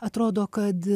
atrodo kad